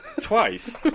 Twice